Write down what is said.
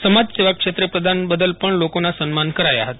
સમાજસેવા ક્ષેત્રે પ્રદાન બદલ પણ લોકોના સન્માન કરાયા હતા